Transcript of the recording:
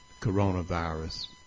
coronavirus